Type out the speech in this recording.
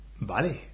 Vale